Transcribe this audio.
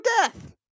death